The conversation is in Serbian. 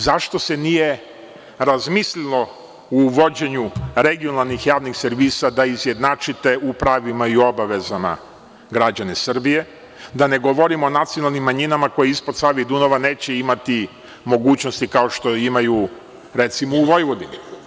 Zašto se nije razmislilo o uvođenju regionalnih javnih servisa da izjednačite u pravima i obavezama građane Srbije, da ne govorimo o nacionalnim manjinama koje ispod Save i Dunava neće imati mogućnosti kao što je imaju, recimo, u Vojvodini.